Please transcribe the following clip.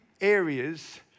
areas